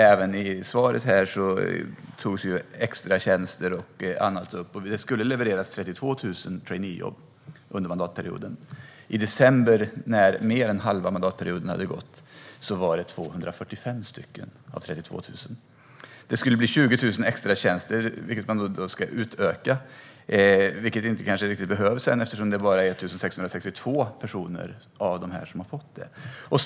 Även i svaret här tar regeringen upp extratjänster och annat. Det skulle ju levereras 32 000 traineejobb under mandatperioden. I december, när mer än halva mandatperioden hade gått, hade det blivit 245. Det skulle bli 20 000 extratjänster, vilket man sedan skulle utöka. Det behövs kanske inte riktigt än, för det är bara 1 662 personer som faktiskt har fått extratjänster.